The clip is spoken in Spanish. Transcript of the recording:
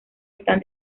están